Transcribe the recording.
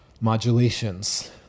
modulations